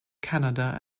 canada